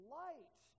light